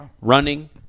running